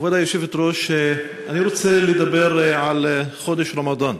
כבוד היושבת-ראש, אני רוצה לדבר על חודש רמדאן.